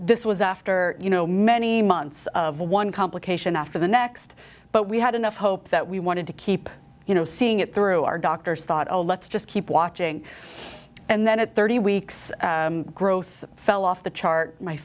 this was after you know many months of one complication after the next but we had enough hope that we wanted to keep you know seeing it through our doctors thought oh let's just keep watching and then at thirty weeks growth fell off the chart my